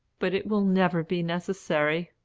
but it will never be necessary.